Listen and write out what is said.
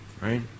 right